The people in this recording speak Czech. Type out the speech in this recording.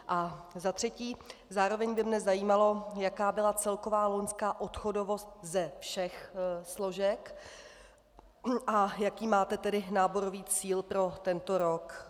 A za třetí, zároveň by mě zajímalo, jaká byla celková loňská odchodovost ze všech složek a jaký máte tedy náborový cíl pro tento rok.